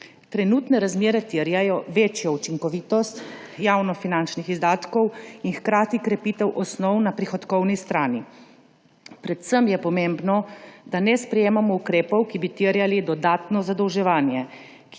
Trenutne razmere terjajo večjo učinkovitost javnofinančnih izdatkov in hkrati krepitev osnov na prihodkovni strani. Predvsem je pomembno, da ne sprejemamo ukrepov, ki bi terjali dodatno zadolževanje,